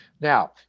Now